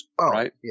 right